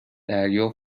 دریا